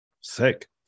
Sick